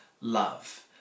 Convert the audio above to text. love